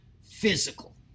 physical